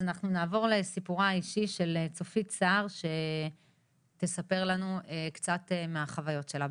אז אנחנו נעבור לסיפורה האישי של צופית שתספר לנו קצת מהחוויות שלה.